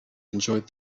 enjoyed